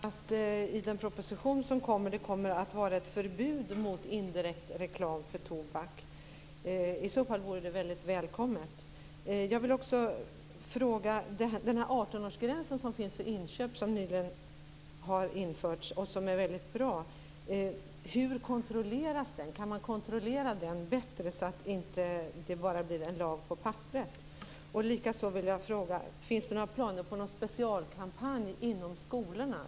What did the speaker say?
Herr talman! Betyder detta att det kommer att vara ett förbud mot indirekt reklam för tobak i den proposition som kommer? Det vore i så fall väldigt välkommet. Jag vill också fråga om 18-årsgränsen för inköp som nyligen har införts och som är väldigt bra. Hur kontrolleras den? Kan man kontrollera den bättre så att den inte bara blir en lag på pappret? Likaså vill jag fråga: Finns det några planer på en specialkampanj inom skolorna?